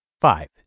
Five